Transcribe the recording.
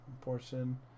Portion